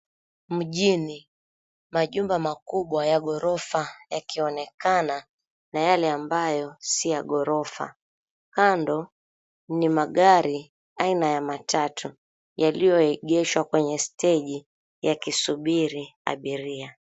Mjini, majumba makubwa ya gorofa yakionekana na yale ambayo si ya gorofa. kando ni magari aina ya matatu yaliyoegeshwa kwenye steji yakisubiri abiria.